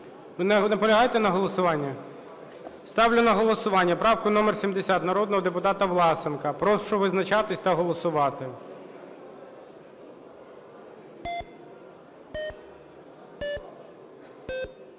Ви наполягаєте на голосуванні? Ставлю на голосування правку номер 71 народного депутата Власенка. Прошу визначатись та голосувати.